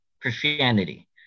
Christianity